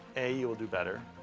a, you will do better,